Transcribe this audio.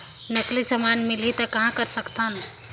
नकली समान मिलही त कहां कर सकथन?